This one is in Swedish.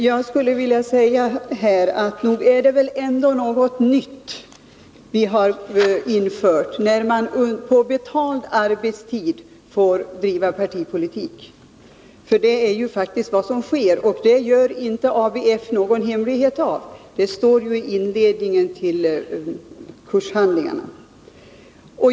Herr talman! Nog är det väl ändå något nytt vi har infört, när man på betald arbetstid får bedriva partipolitik. Det är ju faktiskt vad som sker. Och det gör inte ABF någon hemlighet av. Det står i inledningen till kurshandlingarna.